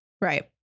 Right